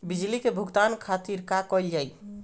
बिजली के भुगतान खातिर का कइल जाइ?